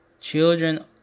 Children